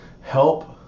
help